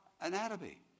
anatomy